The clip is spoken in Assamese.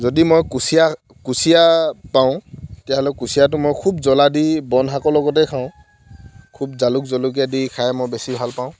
যদি মই কুচিয়া কুচিয়া পাওঁ তেতিয়াহ'লে মই কুচিয়াটো খুব জ্বলা দি বনশাকৰ লগতে খাওঁ খুব জালুক জলকীয়া দি খাই মই বেছি ভাল পাওঁ